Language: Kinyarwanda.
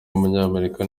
w’umunyamerika